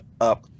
up